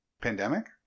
pandemic